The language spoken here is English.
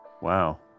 Wow